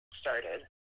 started